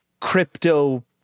crypto